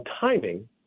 timing